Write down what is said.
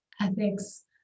ethics